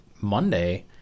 Monday